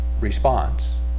response